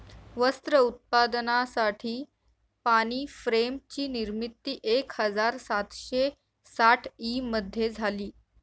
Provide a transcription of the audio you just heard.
वस्त्र उत्पादनासाठी पाणी फ्रेम ची निर्मिती एक हजार सातशे साठ ई मध्ये झाली